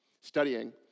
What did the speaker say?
studying